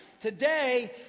Today